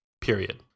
period